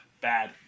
bad